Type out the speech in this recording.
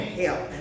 help